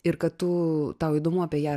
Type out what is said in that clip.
ir kad tu tau įdomu apie ją